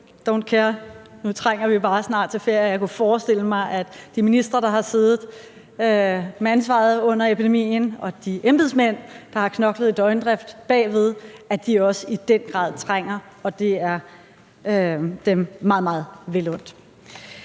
Nu trænger vi bare snart til ferie, og jeg kunne forestille mig, at de ministre, der har siddet med ansvaret under epidemien, og de embedsmænd, der har knoklet i døgndrift bagved, også i den grad trænger, og det er dem meget, meget vel undt.